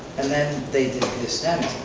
and then they did the stemming.